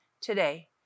today